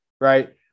right